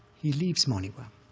he leaves monywa.